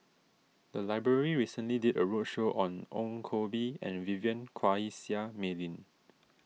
the library recently did a roadshow on Ong Koh Bee and Vivien Quahe Seah Mei Lin